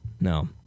No